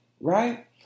Right